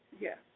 Yes